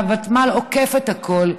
והוותמ"ל עוקף את הכול,